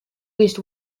least